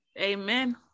Amen